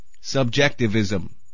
Subjectivism